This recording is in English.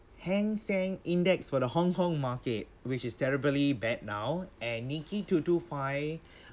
hang seng index for the hong kong market which is terribly bad now and nikkei two two five